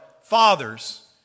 fathers